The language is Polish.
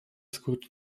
skurcz